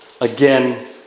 again